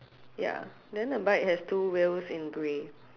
ya then the bike has two wheels in grey